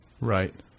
right